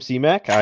C-Mac